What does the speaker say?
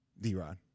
D-Rod